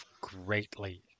greatly